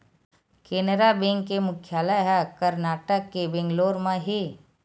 Canara bank के मुख्यालय ह करनाटक के बेंगलोर म हे